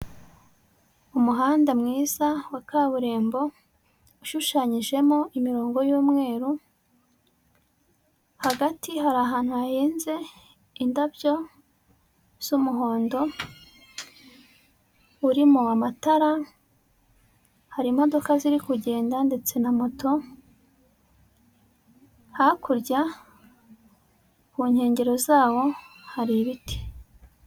Umuhanda mwiza wa kaburimbo ushushanyijemo imirongo y'umweru, hagati hari ahantu hahinze indabyo z'umuhondo, urimo amatara, hari imodoka ziri kugenda ndetse na moto, hakurya ku nkengero zawo hari ibiti.